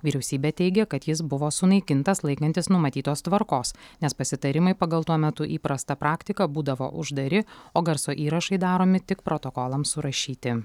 vyriausybė teigia kad jis buvo sunaikintas laikantis numatytos tvarkos nes pasitarimai pagal tuo metu įprastą praktiką būdavo uždari o garso įrašai daromi tik protokolams surašyti